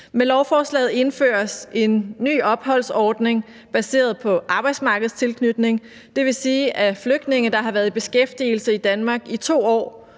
Med lovforslaget indføres en ny opholdsordning baseret på arbejdsmarkedstilknytning. Det vil sige, at flygtninge, der har været i beskæftigelse i Danmark i 2 år,